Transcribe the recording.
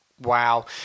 Wow